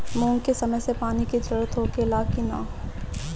मूंग के समय मे पानी के जरूरत होखे ला कि ना?